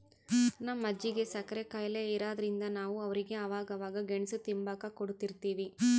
ನಮ್ ಅಜ್ಜಿಗೆ ಸಕ್ರೆ ಖಾಯಿಲೆ ಇರಾದ್ರಿಂದ ನಾವು ಅವ್ರಿಗೆ ಅವಾಗವಾಗ ಗೆಣುಸು ತಿಂಬಾಕ ಕೊಡುತಿರ್ತೀವಿ